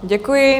Děkuji.